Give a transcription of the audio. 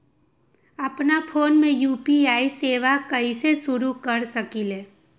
अपना फ़ोन मे यू.पी.आई सेवा कईसे शुरू कर सकीले?